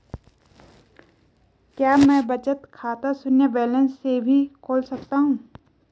क्या मैं बचत खाता शून्य बैलेंस से भी खोल सकता हूँ?